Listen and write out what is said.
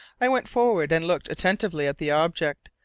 i went forward and looked attentively at the object.